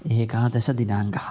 एकादशदिनाङ्कः